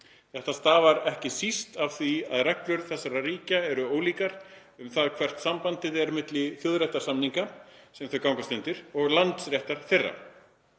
Þetta stafar ekki síst af því að reglur þessara ríkja eru ólíkar um það hvert sambandið er milli þjóðréttarsamninga sem þau gangast undir og landsréttar þeirra.